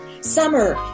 summer